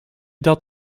dat